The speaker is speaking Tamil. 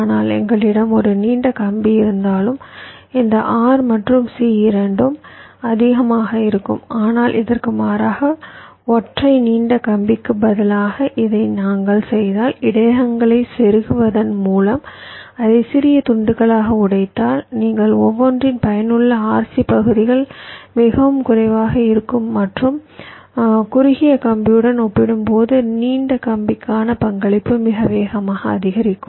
ஆனால் எங்களிடம் ஒரு நீண்ட கம்பி இருந்தால் இந்த R மற்றும் C இரண்டும் அதிகமாக இருக்கும் ஆனால் இதற்கு மாறாக ஒற்றை நீண்ட கம்பிக்கு பதிலாக இதை நாங்கள் செய்தால் இடையகங்களைச் செருகுவதன் மூலம் அதை சிறிய துண்டுகளாக உடைத்தால் நீங்கள் ஒவ்வொன்றின் பயனுள்ள RC பகுதிகள் மிகவும் குறைவாக இருக்கும் மற்றும் குறுகிய கம்பியுடன் ஒப்பிடும்போது நீண்ட கம்பிக்கான பங்களிப்பு மிக வேகமாக அதிகரிக்கும்